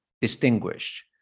distinguished